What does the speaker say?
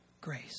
grace